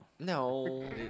No